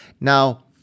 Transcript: Now